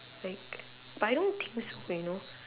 like but I don't think so you know